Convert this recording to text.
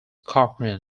cochran